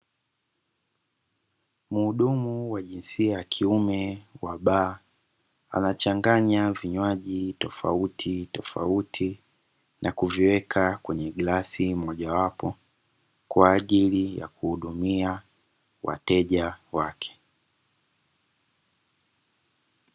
Mhudumu wa jinsia ya kiume wa baa anachanganya vinywaji tofauti tofauti, na kuviweka kwenye glasi mojawapo kwa ajili ya kuhudumia wateja wake.